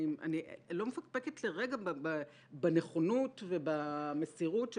אני לא מפקפקת לרגע בנכונות ובמסירות של